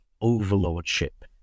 overlordship